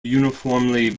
uniformly